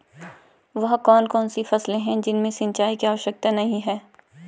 वह कौन कौन सी फसलें हैं जिनमें सिंचाई की आवश्यकता नहीं है?